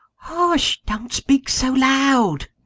hush! don't speak so loud,